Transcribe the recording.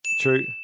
True